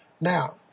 now